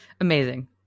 Amazing